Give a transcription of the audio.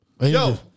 Yo